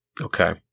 Okay